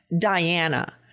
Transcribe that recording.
Diana